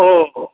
ओऽ